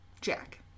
Jack